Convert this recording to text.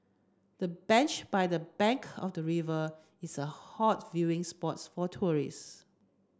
the bench by the bank of the river is a hot viewing spots for tourist